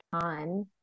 time